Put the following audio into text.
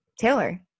Taylor